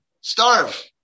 Starve